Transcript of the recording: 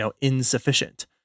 insufficient